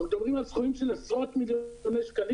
אנחנו מדברים על סכומים של עשרות-מיליוני שקלים,